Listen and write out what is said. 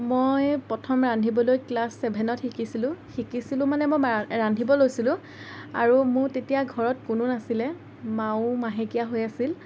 মই প্ৰথম ৰান্ধিবলৈ ক্লাছ ছেভেনত শিকিছিলোঁ শিকিছিলোঁ মানে মই ৰান্ধিব লৈছিলোঁ আৰু মোৰ তেতিয়া ঘৰত কোনো নাছিলে মাও মাহেকীয়া হৈ আছিল